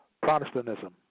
Protestantism